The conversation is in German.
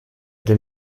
den